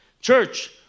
Church